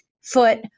foot